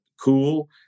cool